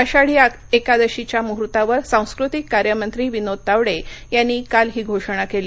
आषाढी एकादशीच्या मुहुर्तावर सांस्कृतिक कार्य मंत्री विनोद तावडे यांनी काल ही घोषणा केली